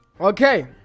Okay